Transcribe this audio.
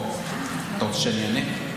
אתה רוצה שאני אענה?